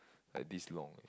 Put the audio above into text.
like this long eh